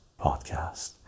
podcast